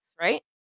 right